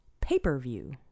pay-per-view